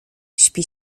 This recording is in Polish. śpi